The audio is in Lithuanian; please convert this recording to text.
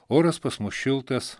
oras pas mus šiltas